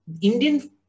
Indian